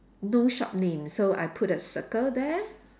no shop name so I put a circle there